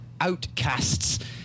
Outcasts